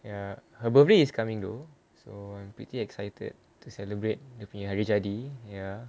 ya her birthday is coming though so I'm pretty excited to celebrate dia punya hari jadi ya